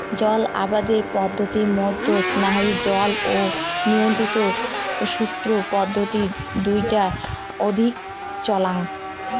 জল আবাদের পদ্ধতিত মইধ্যে স্থায়ী জল ও নিয়ন্ত্রিত সোত পদ্ধতি দুইটা অধিক চলাং